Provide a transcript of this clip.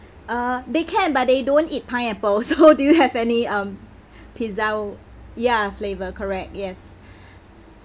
uh they can but they don't eat pineapple so do you have any um pizza ya flavour correct yes